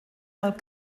alt